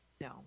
no